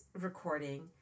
recording